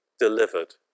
delivered